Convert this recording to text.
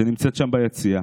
שנמצאת שם ביציע,